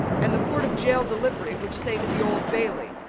and the court of gaol delivery which sate at the old bailey,